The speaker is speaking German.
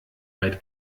weit